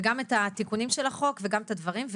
וגם את התיקונים של החוק וגם את הדברים.